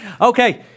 Okay